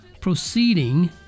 proceeding